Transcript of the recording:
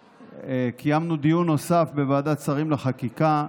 קיימנו דיון נוסף בוועדת השרים לחקיקה,